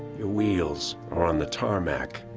your wheels are on the tarmac.